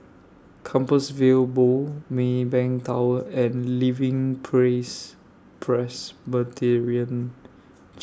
Compassvale Bow Maybank Tower and Living Praise Presbyterian